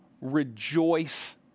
rejoice